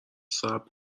صبر